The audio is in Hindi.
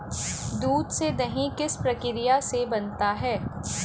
दूध से दही किस प्रक्रिया से बनता है?